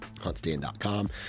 huntstand.com